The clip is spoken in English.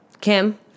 Kim